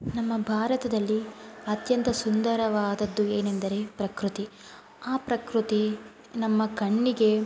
ನಮ್ಮ ಭಾರತದಲ್ಲಿ ಅತ್ಯಂತ ಸುಂದರವಾದದ್ದು ಏನೆಂದರೆ ಪ್ರಕೃತಿ ಆ ಪ್ರಕೃತಿ ನಮ್ಮ ಕಣ್ಣಿಗೆ